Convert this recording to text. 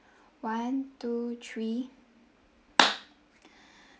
one two three